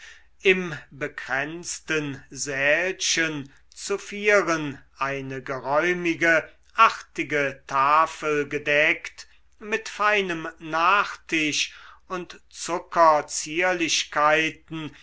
im bekränzten sälchen zu vieren eine geräumige artige tafel gedeckt mit feinem nachtisch und